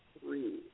three